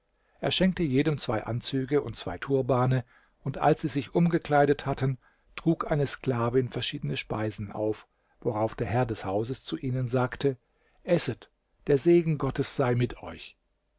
er schenkte jedem zwei anzüge und zwei turbane und als sie sich umgekleidet hatten trug eine sklavin verschiedene speisen auf worauf der herr des hauses zu ihnen sagte esset der segen gottes sei mit euch